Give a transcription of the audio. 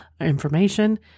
information